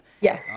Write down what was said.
Yes